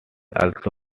also